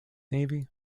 navy